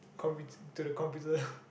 compu~ to the computer